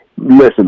listen